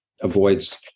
avoids